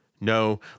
No